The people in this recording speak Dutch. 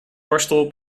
borstel